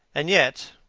and yet,